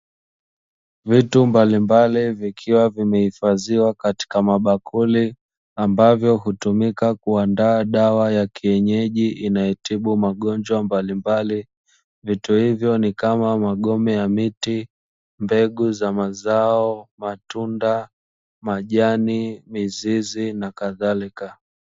Vitu mbalimbali vikiwa vimehifadhiwa katika mabakuli, ambavyo hutumika kuandaa dawa ya kienyeji inayotibu magonjwa mbalimbali; vitu hivyo ni kama: magome ya miti, mbegu za mazao, matunda, majani, mizizi, na kadhalika.